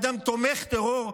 אדם תומך טרור.